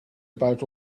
about